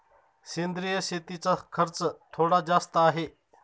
सेंद्रिय शेतीचा खर्च थोडा जास्त आहे